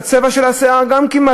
כמעט גם את צבע השיער הם קובעים,